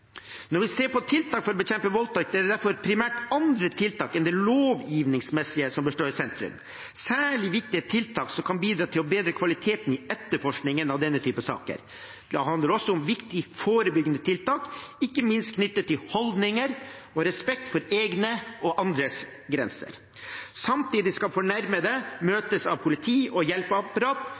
Når vi ser på tiltak for å bekjempe voldtekt, er det derfor primært andre tiltak enn det lovgivningsmessige som bør stå i sentrum. Særlig viktig er tiltak som kan bidra til å bedre kvaliteten i etterforskningen av denne typen saker. Det handler også om viktige forebyggende tiltak, ikke minst knyttet til holdninger og respekt for egne og andres grenser. Samtidig skal fornærmede møtes av politi og hjelpeapparat